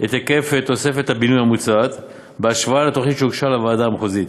את היקף תוספת הבינוי המוצעת בהשוואה לתוכנית שהוגשה לוועדה המחוזית.